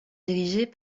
dirigés